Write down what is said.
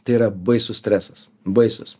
tai yra baisus stresas baisus